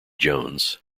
jones